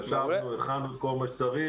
ישבנו, הכנו את כל מה שצריך.